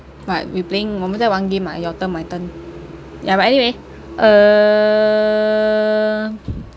what we playing 我们在玩 game ah your turn my turn ya but anyway uh